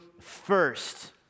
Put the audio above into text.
first